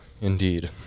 indeed